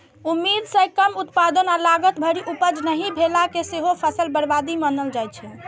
उम्मीद सं कम उत्पादन आ लागत भरि उपज नहि भेला कें सेहो फसल बर्बादी मानल जाइ छै